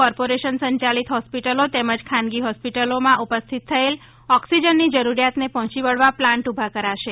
કો સંચાલિત હોસ્પિટલો તેમજ ખાનગી હોસ્પિટલોમાં ઉપસ્થિત થયેલ ઓકિસજનની જરૂરિયાતને પહોચી વળવા પ્લાન્ટ ઉભા કરાશે